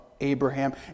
Abraham